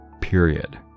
period